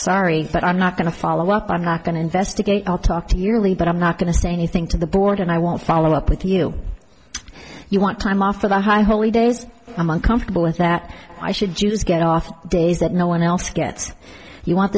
sorry but i'm not going to follow up i'm not going to investigate i'll talk to you early but i'm not going to say anything to the board and i won't follow up with you you want time off for the high holy days a month comfortable with that i should use get off the days that no one else gets you want